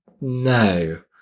no